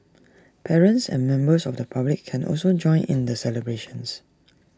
parents and members of the public can also join in the celebrations